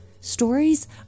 Stories